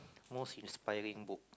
most inspiring book